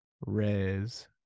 Res